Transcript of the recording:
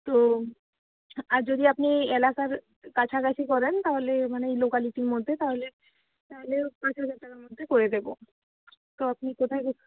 তো আর যদি আপনি এলাকার কাছাকাছি করেন তাহলে মানে এই লোকালিটির মধ্যে তাহলে তাহলে পাঁচ হাজার টাকার মধ্যে করে দেব তো আপনি কোথায়